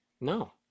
No